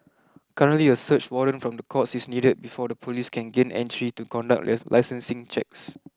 currently a search warrant from the courts is needed before the police can gain entry to conduct licensing checks